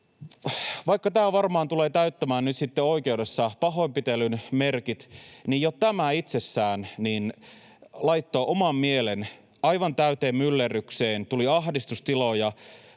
vaikka tämä varmaan tulee täyttämään nyt sitten oikeudessa pahoinpitelyn merkit — laittoi oman mielen aivan täyteen myllerrykseen ja tuli ahdistustiloja.